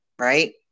Right